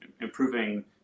improving